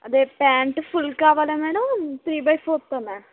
అదే pant full కావాలా madam three by fourth ఆ మ్యాం